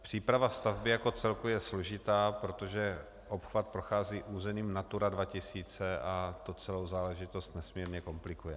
Příprava stavby jako celku je složitá, protože obchvat prochází územím Natura 2000 a to celou záležitost nesmírně komplikuje.